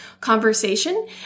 conversation